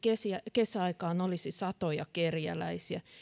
kesäaikaan olisi satoja kerjäläisiä